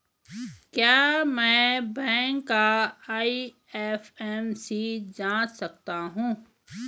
क्या मैं बैंक का आई.एफ.एम.सी जान सकता हूँ?